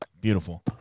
Beautiful